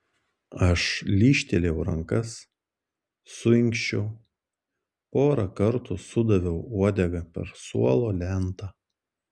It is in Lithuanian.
aš lyžtelėjau rankas suinkščiau porą kartų sudaviau uodega per suolo lentą